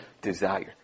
desire